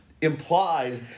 implied